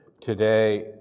today